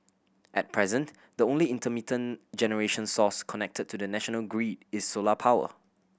at present the only intermittent generation source connected to the national grid is solar power